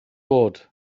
bod